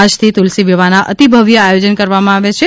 આજથી ત્રલસી વિવાહના અતિભવ્ય આયોજન કરવામાં આવે છે